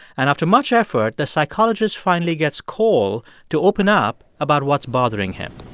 and after much effort, the psychologist finally gets cole to open up about what's bothering him.